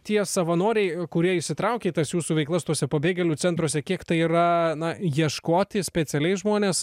tie savanoriai kurie įsitraukia tas jūsų veiklas tose pabėgėlių centruose kiek tai yra na ieškoti specialiai žmonės